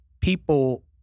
people